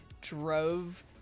drove